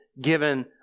given